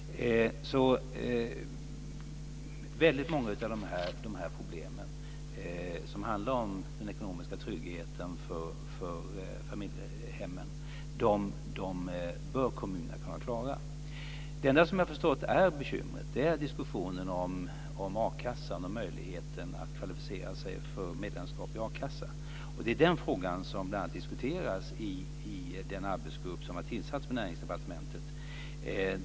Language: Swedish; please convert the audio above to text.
Väldigt många av de här problemen, som handlar om den ekonomiska tryggheten för familjehemmen, bör kommunerna kunna klara. Det enda som jag har förstått är ett bekymmer är diskussionen om möjligheten att kvalificera sig för medlemskap i a-kassa. Det är den fråga som bl.a. diskuteras i den arbetsgrupp som har tillsatts på Näringsdepartementet.